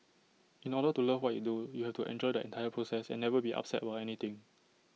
in order to love what you do you have to enjoy the entire process and never be upset about anything